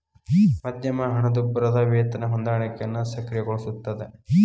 ಮಧ್ಯಮ ಹಣದುಬ್ಬರದ್ ವೇತನ ಹೊಂದಾಣಿಕೆಯನ್ನ ಸಕ್ರಿಯಗೊಳಿಸ್ತದ